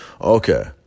Okay